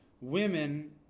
women